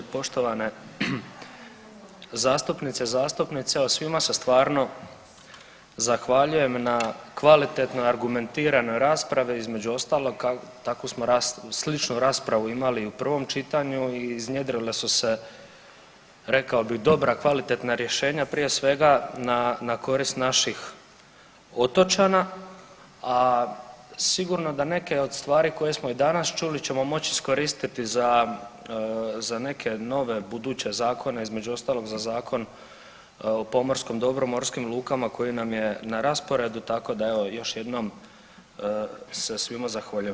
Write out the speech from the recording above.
Poštovane zastupnice i zastupnici evo svima se stvarno zahvaljujem na kvalitetnoj, argumentiranoj raspravi između ostalog takvu smo, sličnu raspravu imali i u provom čitanju i iznjedrile su se rekao bi dobra, kvalitetna rješenja prije svega na korist naših otočana, a sigurno da neke od stvari koje smo i danas čuli ćemo moći iskoristiti za neke nove buduće zakone između ostalog za Zakon o pomorskom dobru, morskim lukama koji nam je na rasporedu tako da evo još jednom se svima zahvaljujem.